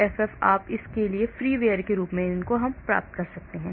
CFF आप इसे एक फ्रीवेयर के रूप में प्राप्त कर सकते हैं